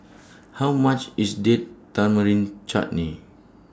How much IS Date Tamarind Chutney